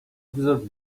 desert